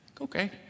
Okay